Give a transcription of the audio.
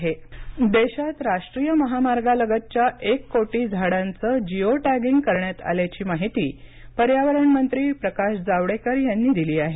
जावडेकर महामार्ग देशात राष्ट्रीय महामार्गालगतच्या एक कोटी झाडांचं जिओटॅगिंग करण्यात आल्याची माहिती पर्यावरण मंत्री प्रकाश जावडेकर यांनी दिली आहे